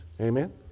Amen